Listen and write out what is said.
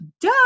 duh